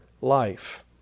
life